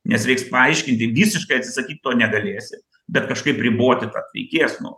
nes reiks paaiškinti visiškai atsisakyt to negalėsi bet kažkaip riboti tą reikės nu